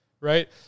Right